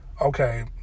okay